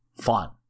fun